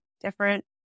different